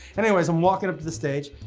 anyways i'm walking up to the stage,